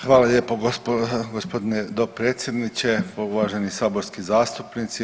Hvala lijepo gospodine dopredsjedniče, uvaženi saborski zastupnici.